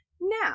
Now